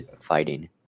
fighting